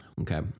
Okay